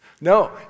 No